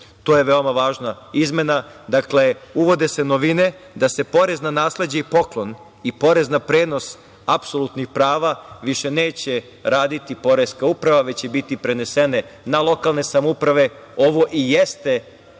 to je veoma važna izmena, dakle, uvode se novine da porez na nasleđe i poklon i porez na prenos apsolutnih prava više neće raditi poreska uprava, već će biti prenesene na lokalne samouprave. Ovo i jeste poreski